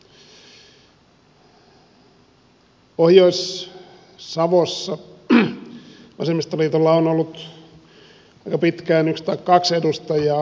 pohjois savossa vasemmistoliitolla on ollut jo pitkään yksi tai kaksi edustajaa